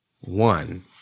One